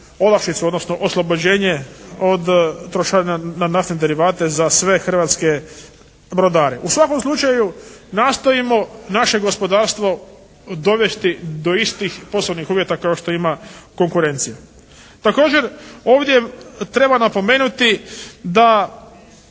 odnosno oslobođenje od trošarina na naftne derivate za sve hrvatske brodare. U svakom slučaju nastojimo naše gospodarstvo dovesti do istih poslovnih uvjeta kao što ima konkurencija. Također ovdje treba napomenuti da